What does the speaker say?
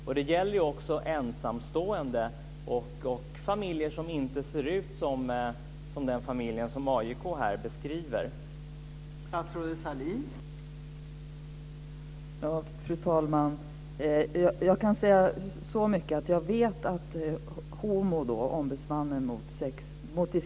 Detta gäller ju också ensamstående och familjer som inte ser ut som den familj som AIK beskriver här.